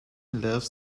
loves